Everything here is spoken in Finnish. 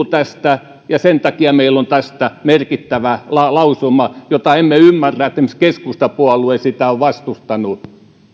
tästä sen takia meillä on tästä merkittävä lausuma ja emme ymmärrä miksi esimerkiksi keskustapuolue sitä on vastustanut